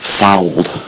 fouled